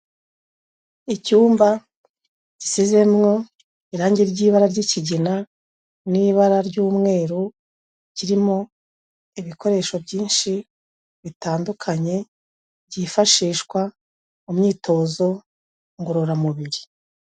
Icyumba gisizemwo irange ry'ibara ry'ikigina n'ibara ry'umweru, kirimo ibikoresho byinshi bitandukanye byifashishwa mu myitozo ngororamubiri.